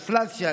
אינפלציה,